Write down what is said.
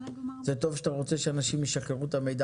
זה טוב שאתה רוצה שאתה רוצה שאנשים ישחררו את המידע